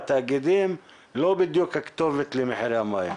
התאגידים לא בדיוק הכתובת למחירי המים.